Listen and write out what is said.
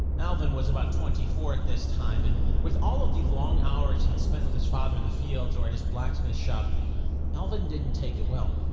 alvin was about twenty four at this time and with all of the long hours he'd spent with his father in the fields or at his blacksmith shop alvin didn't take it well.